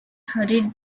hurried